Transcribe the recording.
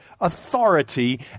authority